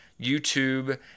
YouTube